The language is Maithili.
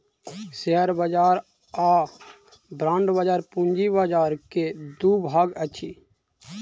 शेयर बाजार आ बांड बाजार पूंजी बाजार के दू भाग अछि